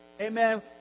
amen